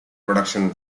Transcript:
production